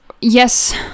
yes